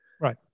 Right